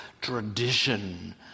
tradition